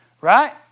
right